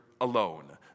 alone